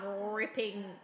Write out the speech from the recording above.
ripping